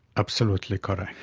absolutely correct.